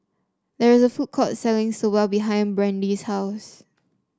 there is a food court selling Soba behind Brandee's house